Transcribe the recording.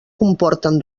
comporten